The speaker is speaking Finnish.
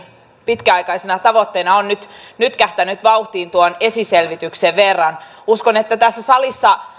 pitkäaikaisena tavoitteena on nyt nytkähtänyt vauhtiin tuon esiselvityksen verran uskon että tässä salissa